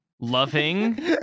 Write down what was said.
Loving